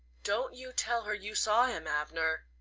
don't you tell her you saw him, abner.